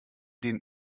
den